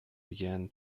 began